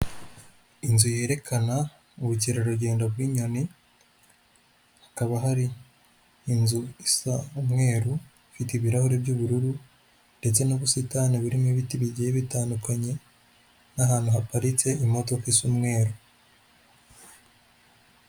Inzu yerekana ubukerarugendo bw'inyoni hakaba hari inzu isa umweru ifite ibirahuri by'ubururu ndetse n'ubusitani burimo ibiti bigiye bitandukanye, n'ahantu haparitse imodoka isa umweru.